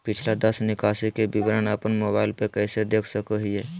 पिछला दस निकासी के विवरण अपन मोबाईल पे कैसे देख सके हियई?